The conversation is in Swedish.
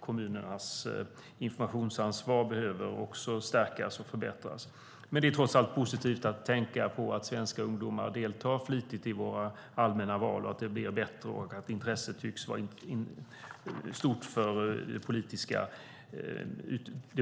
Kommunernas informationsansvar behöver också förbättras. Det är positivt att svenska ungdomar deltar flitigt i våra allmänna val och att intresset för den